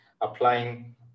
applying